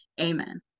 amen